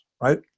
right